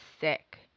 sick